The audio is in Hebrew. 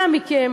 אנא מכם,